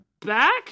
back